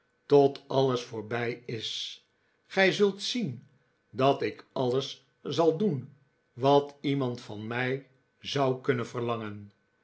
tot alles voorbij is gij zult zien dat ik alles zal doen wat iemand van mij zou kunnen verlangen